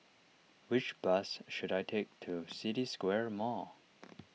which bus should I take to City Square Mall